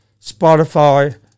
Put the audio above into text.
Spotify